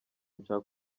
nshake